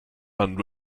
and